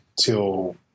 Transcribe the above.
till